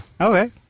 okay